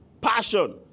passion